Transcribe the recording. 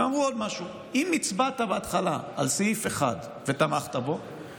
ואמרו עוד משהו: אם הצבעת בהתחלה על סעיף 1 ותמכת בו,